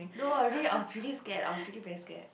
no ah really I was really scared I was really very scared